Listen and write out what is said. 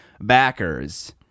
backers